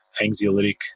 anxiolytic